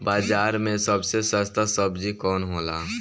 बाजार मे सबसे सस्ता सबजी कौन होला?